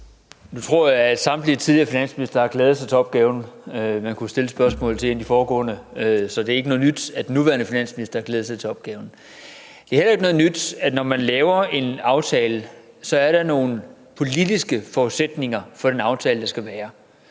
tror jeg, at samtlige tidligere finansministre har glædet sig til opgaven – man kunne også have stillet spørgsmålet til en af de foregående. Så det er ikke noget nyt, at den nuværende finansminister har glædet sig til opgaven. Det er heller ikke noget nyt, at når man laver en aftale, er der nogle politiske forudsætninger for den aftale, der skal være,